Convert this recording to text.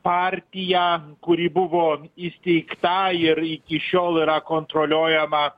partija kuri buvo įsteigta ir iki šiol yra kontroliuojama